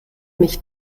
mich